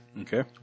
Okay